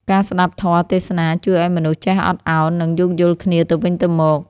ការស្តាប់ធម៌ទេសនា ជួយឱ្យមនុស្សចេះអត់ឱន និងយោគយល់គ្នាទៅវិញទៅមក។